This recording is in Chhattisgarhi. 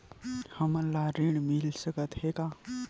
हमन ला ऋण मिल सकत हे का?